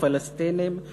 הפלסטינים,